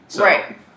Right